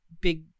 big